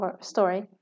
story